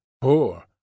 Poor